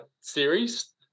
series